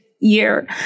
year